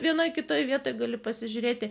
vienoje kitoje vietoje gali pasižiūrėti